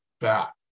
back